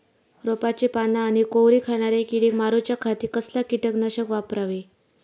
रोपाची पाना आनी कोवरी खाणाऱ्या किडीक मारूच्या खाती कसला किटकनाशक वापरावे?